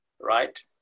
right